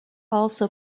also